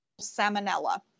salmonella